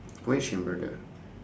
question brother